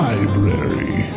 Library